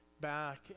back